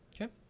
Okay